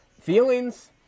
feelings